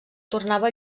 tornava